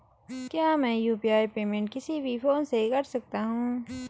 क्या मैं UPI payment किसी भी फोन से कर सकता हूँ?